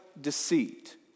deceit